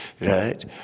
right